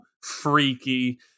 freaky